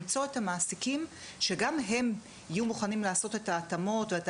למצוא את המעסיקים שגם הם יהיו מוכנים לעשות את ההתאמות ואת